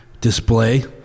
display